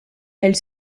elle